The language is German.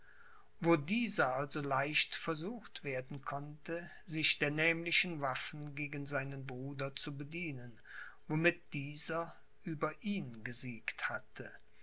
wo dieser also leicht versucht werden konnte sich der nämlichen waffen gegen seinen bruder zu bedienen womit dieser über ihn gesiegt hatte